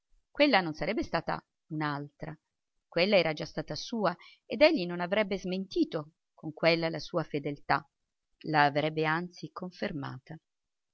quella non sarebbe stata un'altra quella era già stata sua ed egli non avrebbe smentito con quella la sua fedeltà la avrebbe anzi confermata